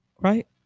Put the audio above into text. right